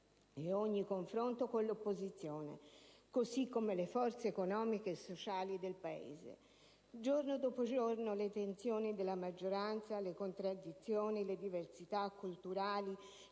ed ogni confronto con l'opposizione, così come con le forze economiche e sociali del Paese. Giorno dopo giorno, le tensioni della maggioranza, le contraddizioni, le diversità culturali,